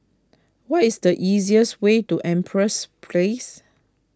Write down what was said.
what is the easiest way to Empress Place